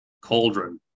cauldron